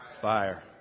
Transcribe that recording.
fire